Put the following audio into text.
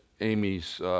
Amy's